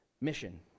mission